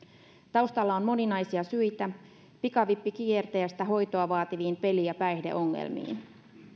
taustalla on moninaisia syitä pikavippikierteestä hoitoa vaativiin peli ja päihdeongelmiin